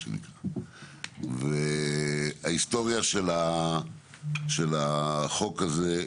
ההיסטוריה של החוק הזה,